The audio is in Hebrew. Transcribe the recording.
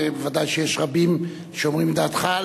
ובוודאי יש רבים שאומרים את דעתך.